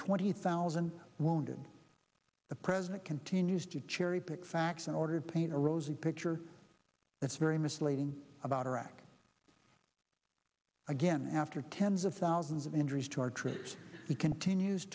twenty thousand wounded the president continues to cherry pick facts in order to paint a rosy picture that's very misleading about iraq again after tens of thousands of injuries to our troops he continues